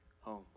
home